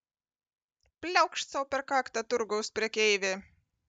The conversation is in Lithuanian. pliaukšt sau per kaktą turgaus prekeivė